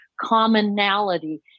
commonality